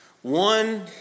One